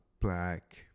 black